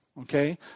okay